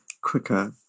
Quicker